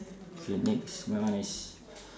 okay next nice